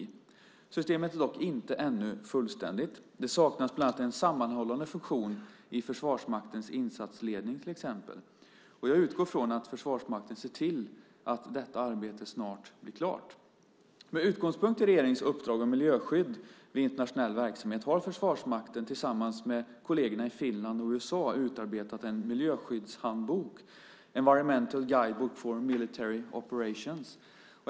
Systemet är dock ännu inte fullständigt. Bland annat saknas en sammanhållande funktion i Försvarsmaktens insatsledning. Jag utgår från att Försvarsmakten ser till att detta arbete snart blir klart. Med utgångspunkt i regeringens uppdrag om miljöskydd vid internationell verksamhet har Försvarsmakten tillsammans med kollegerna i Finland och USA utarbetat en miljöskyddshandbok, Environmental Guidebook for Military Operations .